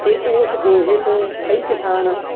ਅਤੇ ਉਸ ਗੋਹੇ ਤੋਂ ਕਈ ਕਿਸਾਨ